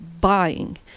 buying